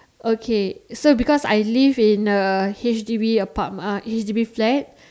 okay so because I live in a H_D_B apart~ uh H_D_B flat